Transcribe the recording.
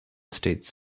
states